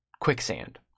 quicksand